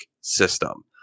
system